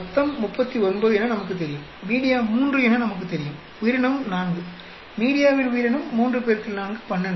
மொத்தம் 39 என நமக்குத் தெரியும் மீடியா 3 என நமக்குத் தெரியும் உயிரினம் 4 மீடியாவில் உயிரினம் 3 X 4 12